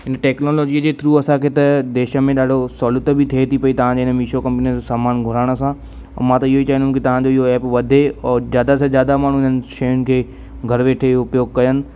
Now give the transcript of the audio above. हिन टैक्नोलॉजीअ जे थ्रू असांखे त देश में ॾाढो सहूलियत बि थिए थी पई तव्हां जे हिन मिशो कंपनीअ सां सामान घुराइण सां मां त इहो ई चाहींदुमि कि तव्हां जो इहो ऐप वधे और ज़्यादा ते ज़्यादा मां उन्हनि शयुनि खे घर वेठे उपयोग कयनि